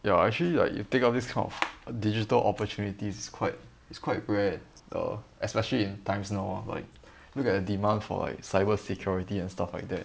ya actually like you take up this kind of digital opportunities is quite it's quite rare the especially in times now ah like look at the demand for like cyber security and stuff like that